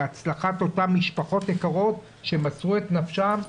להצלחת אותן משפחות יקרות שמסרו את נפשן.